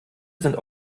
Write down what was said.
sind